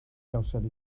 gawson